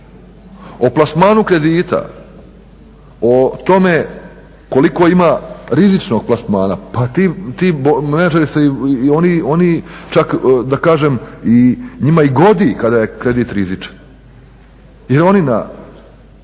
O plasmanu kredita, o tome koliko ima rizičnog plasmana, pa ti menadžeri, oni čak da kažem, i njima i godi kada je kredit rizičan jer oni na